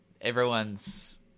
everyone's